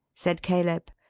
said caleb.